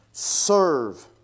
Serve